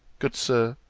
good sir,